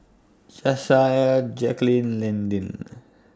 Jasiah Jaquelin Landyn